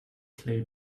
clay